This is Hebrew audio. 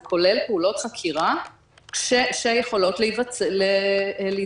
זה כולל פעולות חקירה שיכולות להתבצע